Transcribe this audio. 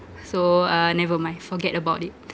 so uh never mind forget about it